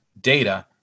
data